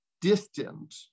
distant